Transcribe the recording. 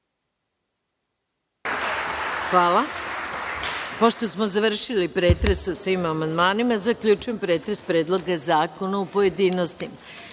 Hvala. Pošto smo završili pretres o svim amandmanima, zaključujem pretres Predloga zakona u pojedinostima. Pošto